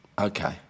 Okay